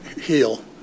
heal